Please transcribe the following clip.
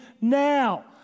now